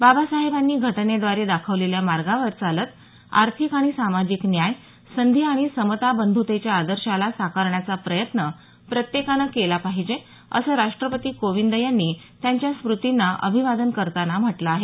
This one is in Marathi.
बाबासाहेबांनी घटनेद्वारे दाखवलेल्या मार्गावर चालत आर्थिक आणि सामाजिक न्याय संधी आणि समता बंधुतेच्या आदर्शाला साकारण्याचा प्रयत्न प्रत्येकानं केला पाहिजे असं राष्ट्रपती कोविंद यांनी त्यांच्या स्मूतींना अभिवादन करताना म्हटलं आहे